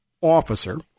officer